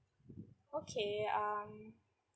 okay um